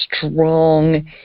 strong